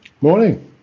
morning